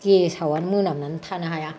गेसावानो मोनामनानै थानो हाया